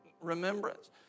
remembrance